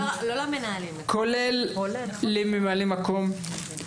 כולל לממלא מקום.